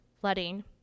flooding